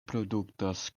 produktas